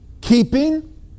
Keeping